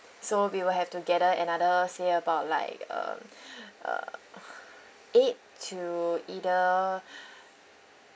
so we will have to gather another say about like um uh eight to either